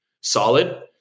solid